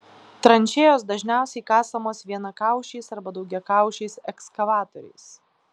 tranšėjos dažniausiai kasamos vienakaušiais arba daugiakaušiais ekskavatoriais